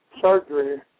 surgery